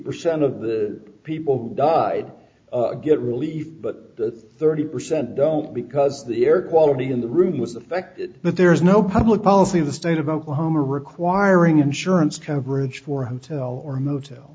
percent of the people who died get relief but the thirty percent don't because the air quality in the room was affected but there is no public policy in the state of oklahoma requiring insurance coverage for hotel or motel